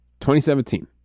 2017